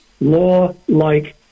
law-like